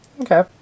Okay